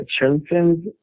children